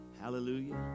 hallelujah